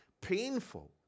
painful